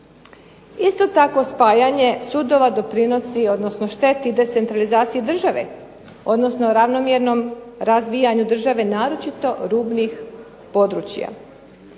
Isto tako spajanje sudova doprinosi, odnosno šteti decentralizaciji države, odnosno ravnomjernom razvijanju države naročito rubnih područja.